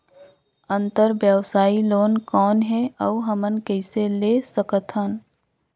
अंतरव्यवसायी लोन कौन हे? अउ हमन कइसे ले सकथन?